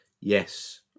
Yes